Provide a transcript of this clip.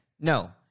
no